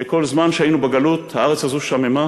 שכל זמן שהיינו בגלות הארץ הזאת שממה,